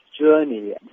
journey